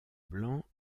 blancs